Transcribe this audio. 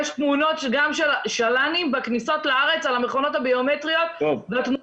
יש תמונות גם של של"נים בכניסות לארץ על המכונות הביומטריות והתמונות